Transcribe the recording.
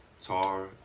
TAR